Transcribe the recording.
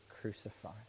crucified